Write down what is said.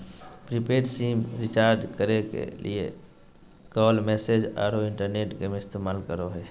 prepaid sim recharge करे के लिए कॉल, मैसेज औरो इंटरनेट का इस्तेमाल करो हइ